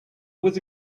was